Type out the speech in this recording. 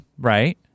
right